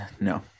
no